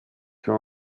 für